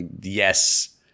yes